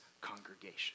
congregation